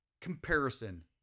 comparison